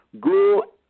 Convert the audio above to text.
Go